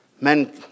Men